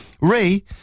Ray